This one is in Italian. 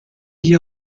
gli